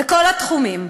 בכל התחומים.